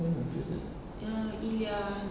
mm is it